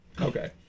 okay